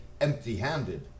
empty-handed